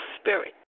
spirit